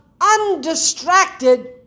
undistracted